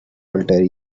walter